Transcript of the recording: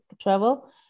travel